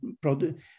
product